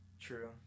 True